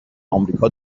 آمریکا